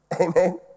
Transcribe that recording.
Amen